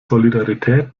solidarität